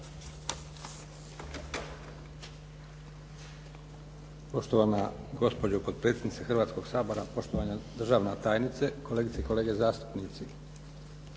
Poštovana gospođo potpredsjednice Hrvatskog sabora, poštovana državna tajnice, kolegice i kolege zastupnici.